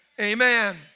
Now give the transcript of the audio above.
Amen